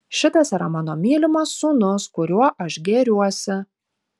šitas yra mano mylimas sūnus kuriuo aš gėriuosi